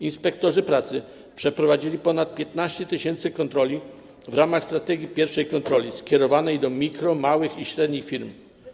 Inspektorzy pracy przeprowadzili ponad 15 tys. kontroli w ramach strategii pierwszej kontroli skierowanej do mikro-, małych i średnich firm.